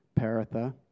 Paratha